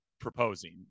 proposing